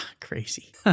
Crazy